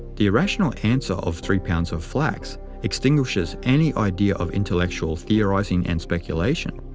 the irrational answer of three pounds of flax extinguishes any idea of intellectual theorizing and speculation,